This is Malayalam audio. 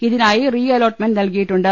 ഇതിനായി റീ അലോട്ട് മെന്റ് നൽകിയിട്ടുണ്ട്